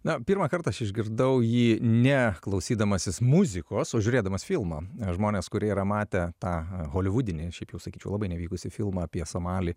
na pirmą kartą aš išgirdau jį ne klausydamasis muzikos o žiūrėdamas filmą žmonės kurie yra matę tą holivudinį šiaip jau sakyčiau labai nevykusį filmą apie somalį